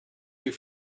you